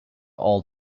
all